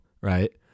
right